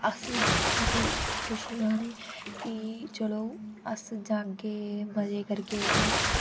असेई बड़ा खुश खुशी होंनी की चलो अस जागे मजे करदे